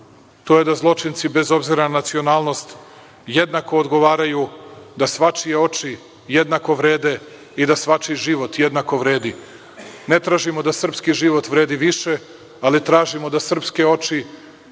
to je da zločinci, bez obzira na nacionalnost, jednako odgovaraju, da svačije oči jednako vrede i da svačiji život jednako vredi. Ne tražimo da srpski život vredi više, ali tražimo da srpske oči,